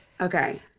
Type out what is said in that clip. Okay